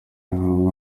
hamwe